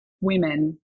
women